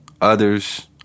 Others